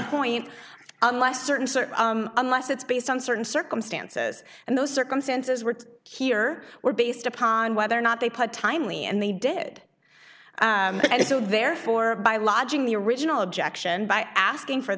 point unless certain circles unless it's based on certain circumstances and those circumstances were here were based upon whether or not they played timely and they did so therefore by lodging the original objection by asking for